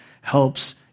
helps